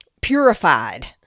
purified